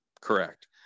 correct